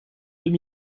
deux